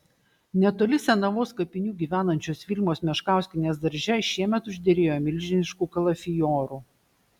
netoli senavos kapinių gyvenančios vilmos meškauskienės darže šiemet užderėjo milžiniškų kalafiorų